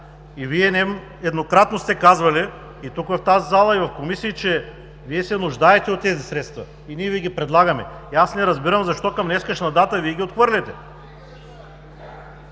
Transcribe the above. Вие нееднократно сте казвали и в тази зала, и в комисии, че се нуждаете от тези средства и ние Ви ги предлагаме. Аз не разбирам защо към днешна дата Вие ги отхвърляте.